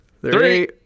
three